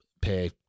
pay